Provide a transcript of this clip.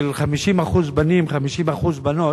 של 50% בנים 50% בנות,